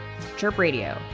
chirpradio